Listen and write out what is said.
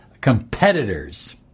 competitors